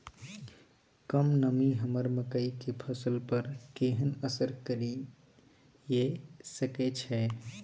कम नमी हमर मकई के फसल पर केहन असर करिये सकै छै?